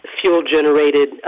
fuel-generated